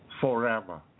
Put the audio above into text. forever